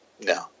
no